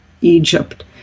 Egypt